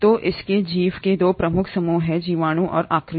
तो इसके जीवों के 2 प्रमुख समूह हैं जीवाणु और आर्किया